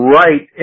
right